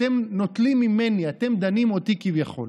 אתם נוטלים ממני, אתם דנים אותי כביכול.